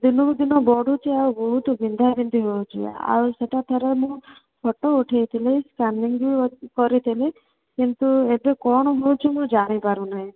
ଦିନକୁ ଦିନ ବଢ଼ୁଛି ଆଉ ବହୁତ ବିନ୍ଧା ବିନ୍ଧି ହେଉଛି ଆଉ ସେହିଟା ତାର ମୁଁ ଫଟୋ ଉଠାଇଥିଲି ସ୍କାନିଙ୍ଗି ବି କରାଇଥିଲି କିନ୍ତୁ ଏବେ କ'ଣ ହେଉଛି ମୁଁ ଜାଣିପାରୁନାହିଁ